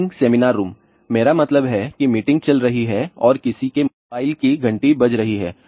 meeting seminar room में मेरा मतलब है कि मीटिंग चल रही है और किसी के मोबाइल की घंटी बज रही है